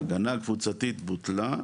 ההגנה הקבוצתית בוטלה,